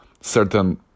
certain